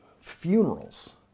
funerals